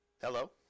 Hello